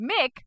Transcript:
Mick